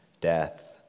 death